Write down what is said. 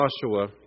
Joshua